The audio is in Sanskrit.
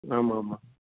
आम् आम् म्म